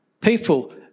people